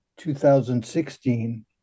2016